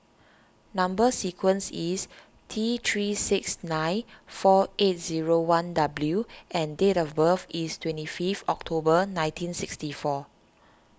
Number Sequence is T three six nine four eight zero one W and date of birth is twenty five October nineteen sixty four